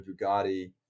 bugatti